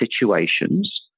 situations